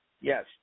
Yes